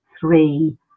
three